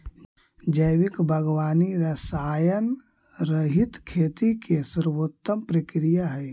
जैविक बागवानी रसायनरहित खेती के सर्वोत्तम प्रक्रिया हइ